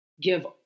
give